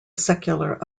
secular